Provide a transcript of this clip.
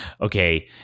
okay